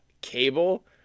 cable